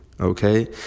okay